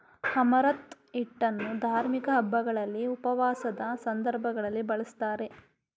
amaranth ಹಿಟ್ಟನ್ನು ಧಾರ್ಮಿಕ ಹಬ್ಬಗಳಲ್ಲಿ, ಉಪವಾಸದ ಸಂದರ್ಭಗಳಲ್ಲಿ ಬಳ್ಸತ್ತರೆ